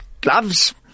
gloves